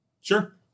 Sure